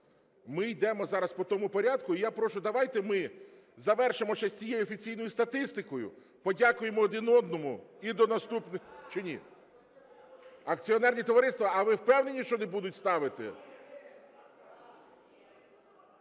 Ми йдемо зараз по тому порядку, і я прошу, давайте ми завершимо ще з цією офіційною статистикою, подякуємо один одному і до наступних... (Шум у залі) Чи ні? Акціонерні товариства? А ви впевнені, що не будуть ставити?